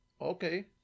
Okay